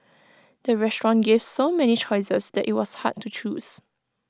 the restaurant gave so many choices that IT was hard to choose